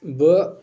بہٕ